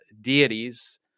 deities